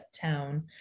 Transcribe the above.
town